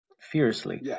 fiercely